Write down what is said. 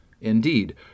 Indeed